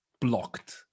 blocked